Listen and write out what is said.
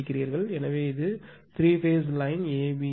எனவே இது three phase line A B C